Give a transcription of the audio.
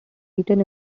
eaten